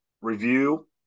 review